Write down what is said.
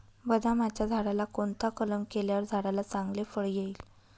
बदामाच्या झाडाला कोणता कलम केल्यावर झाडाला चांगले फळ येईल?